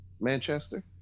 Manchester